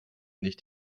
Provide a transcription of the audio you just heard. nicht